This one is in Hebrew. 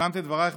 סיכמת את דברייך